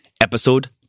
Episode